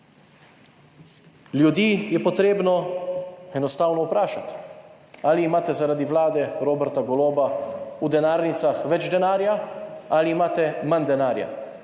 Ljudi je potrebno enostavno vprašati, ali imate zaradi vlade Roberta Goloba v denarnicah več denarja ali imate manj denarja.